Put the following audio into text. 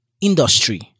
industry